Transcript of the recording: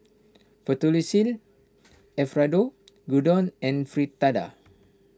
Fettuccine Alfredo Gyudon and Fritada